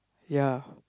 ya